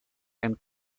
and